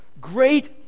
Great